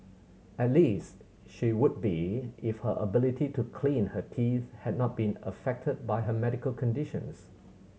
at least she would be if her ability to clean her teeth had not been affected by her medical conditions